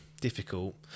Difficult